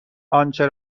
آنچه